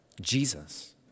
Jesus